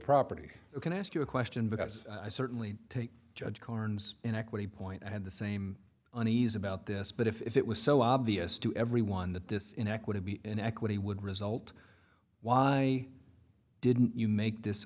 property can i ask you a question because i certainly take judge carnes in equity point i had the same unease about this but if it was so obvious to everyone that this inequity be in equity would result why didn't you make this